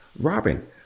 Robin